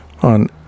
on